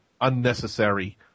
unnecessary